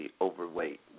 overweight